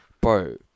Bro